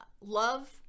love